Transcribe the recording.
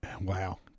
Wow